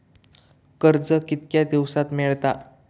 कर्ज कितक्या दिवसात मेळता?